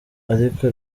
ariko